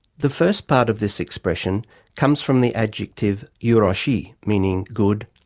the first part of this expression comes from the adjective yoroshii meaning good,